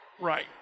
Right